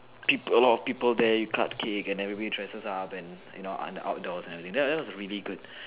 people a lot of people there you cut cake and everybody dresses up and you know outdoors and everything that that was a really good